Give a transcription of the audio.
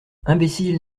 imbécile